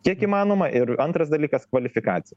kiek įmanoma ir antras dalykas kvalifikacija